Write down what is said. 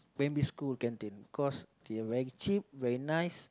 primary school canteen of course they very cheap very nice